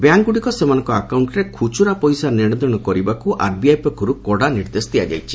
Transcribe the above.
ବ୍ୟାଙ୍କଗୁଡ଼ିକ ସେମାନଙ୍କ କାଉଣ୍ଟରରେ ଖୁଚୁରା ପଇସା ନେଶଦେଶ କରିବାକୁ ଆର୍ବିଆଇ ପକ୍ଷରୁ କଡ଼ା ନିର୍ଦ୍ଦେଶ ଦିଆଯାଇଛି